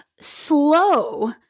slow